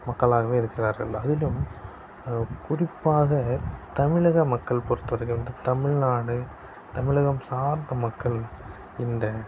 மக்களாகவே இருக்கிறார்கள் அதிலும் குறிப்பாக தமிழக மக்கள் பொறுத்த வரைக்கும் வந்து தமிழ்நாடு தமிழகம் சார்ந்த மக்கள் இந்த